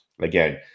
again